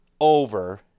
over